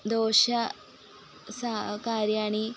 दोषः सा कार्याणि